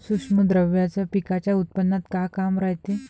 सूक्ष्म द्रव्याचं पिकाच्या उत्पन्नात का काम रायते?